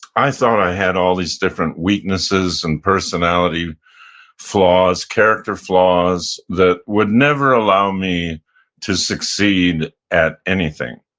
i thought i had all these different weaknesses and personality flaws, character flaws that would never allow me to succeed at anything.